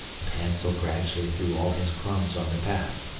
but hansel gradually threw all his crumbs on the path.